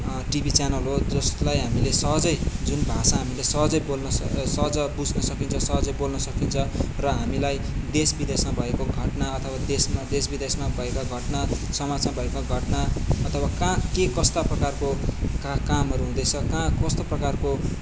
TV channel हो जसलाई हामीले सहजै जुन भाषा हामीले सहजै बोल्न सहज बुझ्न सकिन्छ सहजै बोल्न सकिन्छ र हामीलाई देश बिदेशमा भएको घटना अथवा देशमा देश बिदेशमा भएका घटना समाजमा भएका अथवा कहाँ के कस्ता प्रकारको का कामहरू हुदैछ कहाँ कस्तो प्रकारको